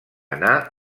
anar